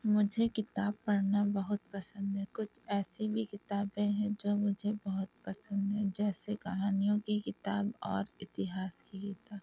مجھے کتاب پڑھنا بہت پسند ہے کچھ ایسی بھی کتابیں ہیں جو مجھے بہت پسند ہیں جیسے کہانیوں کی کتاب اور اتہاس کی کتاب